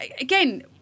again